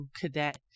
cadet